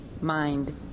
mind